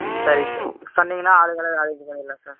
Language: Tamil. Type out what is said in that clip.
ம் சரிங்க சார் சொன்னிங்கன்னா ஆளுங்களை அரேஞ்ச் பண்ணிட்லாம் சார்